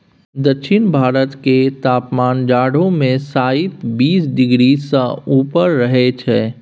दक्षिण भारत केर तापमान जाढ़ो मे शाइत बीस डिग्री सँ ऊपर रहइ छै